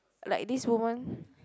like this woman